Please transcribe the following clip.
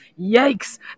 Yikes